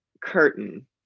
curtain